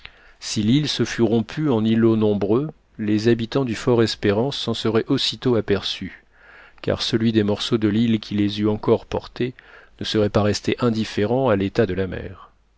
si l'île se fût rompue en îlots nombreux les habitants du fort espérance s'en seraient aussitôt aperçus car celui des morceaux de l'île qui les eût encore portés ne serait pas resté indifférent à l'état de la mer